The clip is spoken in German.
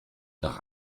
nach